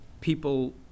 people